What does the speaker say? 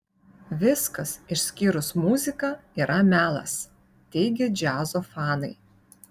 viskas išskyrus muziką yra melas teigia džiazo fanai